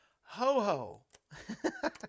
Ho-ho